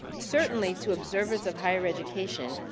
certainly, to observers of higher education,